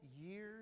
years